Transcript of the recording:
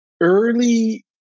early